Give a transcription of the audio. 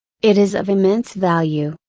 it is of immense value,